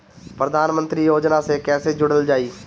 प्रधानमंत्री योजना से कैसे जुड़ल जाइ?